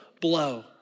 blow